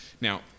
Now